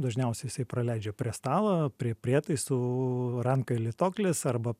dažniausiai jisai praleidžia prie stalo prie prietaisų rankoj lituoklis arba